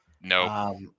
No